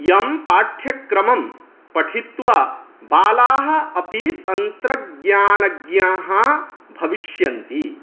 यं पाठ्यक्रमं पठित्वा बालाःअपि तन्त्रज्ञानज्ञाः भविष्यन्ति